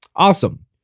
Awesome